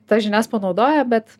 tas žinias panaudoja bet